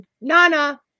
Nana